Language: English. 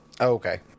Okay